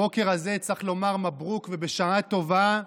הבוקר הזה צריך לומר מברוכ ובשעה טובה: